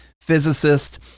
physicist